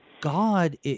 God